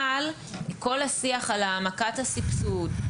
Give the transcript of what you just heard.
אבל כל השיח על מכת הסבסוד,